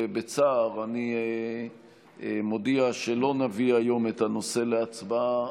בצער אני מודיע שלא נביא היום את הנושא להצבעה.